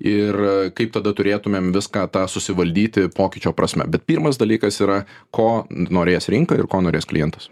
ir kaip tada turėtumėm viską tą susivaldyti pokyčio prasme bet pirmas dalykas yra ko norės rinka ir ko norės klientas